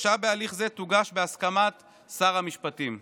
בקשה בהליך זה תוגש בהסכמת שר המשפטים.